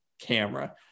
camera